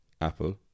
Apple